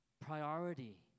priority